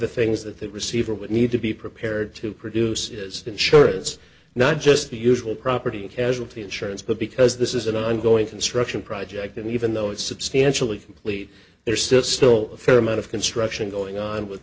the things that the receiver would need to be prepared to produce is insurance not just the usual property casualty insurance but because this is an ongoing construction project and even though it's substantially complete there still is still a fair amount of construction going on with